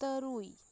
ᱛᱩᱨᱩᱭ